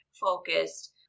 focused